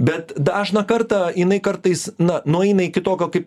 bet dažną kartą jinai kartais na nueina iki tokio kaip